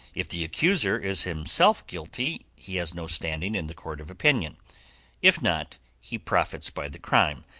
if the accuser is himself guilty he has no standing in the court of opinion if not, he profits by the crime,